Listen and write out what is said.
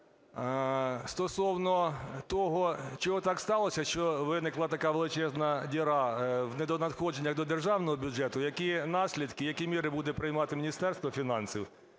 стосовно того, чому так сталося, що виникла така величезна діра в недонадходженнях до державного бюджету. Які наслідки? І які міри буде приймати Міністерство фінансів?